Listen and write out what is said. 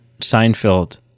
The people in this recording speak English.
Seinfeld